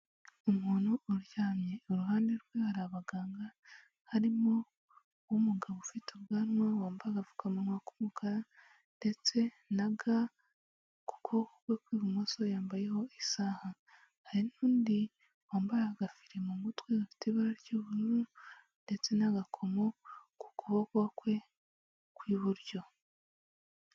Umuntu uryamye iruhande rwe hari abaganga harimo uw'umugabo ufite ubwanwa wamva agapfukamunwa k'umukara ndetse na ga kukuboko kw'ibumoso yambayeho isaha, hari n'undi wambaye agafiri mu mutwe gafite ibara ry'ubururu ndetse n'agakomo ku kuboko kwe kw'iburyo.